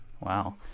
Wow